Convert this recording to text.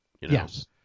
Yes